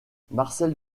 marcel